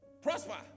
Prosper